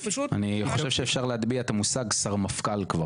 אפשר להטביע את המושג "שרמפכ"ל".